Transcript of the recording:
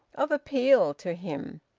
of appeal to him.